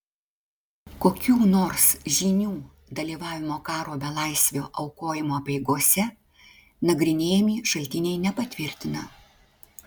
kokių nors žynių dalyvavimo karo belaisvio aukojimo apeigose nagrinėjami šaltiniai nepatvirtina